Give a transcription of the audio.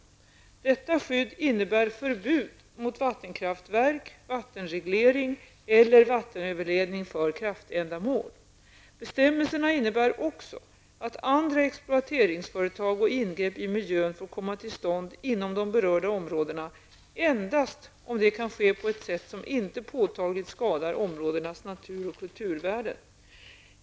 Detta skydd innebär förbud mot vattenkraftverk, vattenreglering eller vattenöverledning för kraftändamål. Bestämmelserna innebär också att andra exploateringsföretag och ingrepp i miljön får komma till stånd inom de berörda områdena, endast om det kan ske på ett sätt som inte påtagligt skadar områdenas natur och kulturvärden.